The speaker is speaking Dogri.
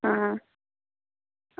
अं